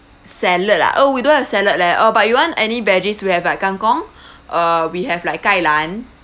salad ah oh we don't have salad leh uh but you want any veggies we have like kang kong uh we have like kai lan